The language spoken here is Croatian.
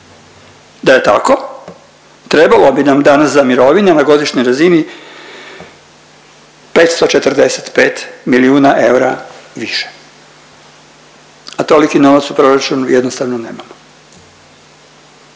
da je tako trebalo bi nam danas za mirovine na godišnjoj razini 545 milijuna eura više, a toliki novac u proračunu jednostavno nemamo.